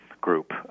group